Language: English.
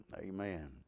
amen